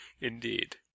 Indeed